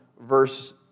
verse